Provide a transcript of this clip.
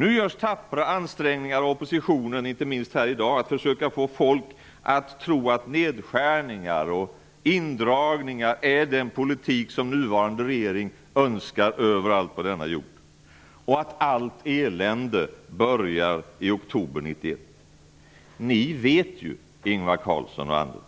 Nu görs tappra ansträngningar från oppositionen -- inte minst här i dag -- att försöka få folk att tro att nedskärningar och indragningar är den poltik som den nuvarande regeringen önskar över allt på denna jord och att allt elände började i oktober 1991. Ni vet ju, Invar Carlsson och andra,